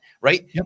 Right